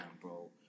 bro